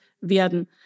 werden